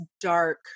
dark